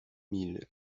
mille